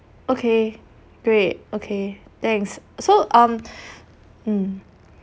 okay great okay thanks so um mm